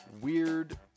weird